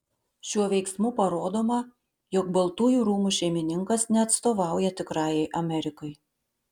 šiuo veiksmu parodoma jog baltųjų rūmų šeimininkas neatstovauja tikrajai amerikai